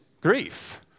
grief